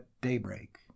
daybreak